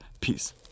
Peace